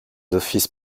offices